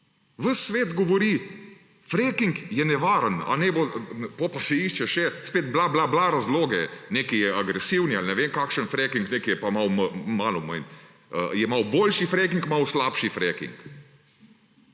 svet govori, fracking je nevaren, potem pa se išče še spet bla, bla, bla razloge: neki je agresivni ali ne vem kakšni fracking, neki je pa malo manj. Je malo boljši fracking, malo slabši fracking.